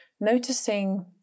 noticing